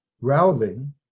Rowling